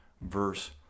verse